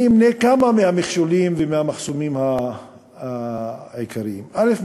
אני אמנה כמה מהמכשולים ומהמחסומים העיקריים: א.